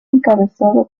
encabezado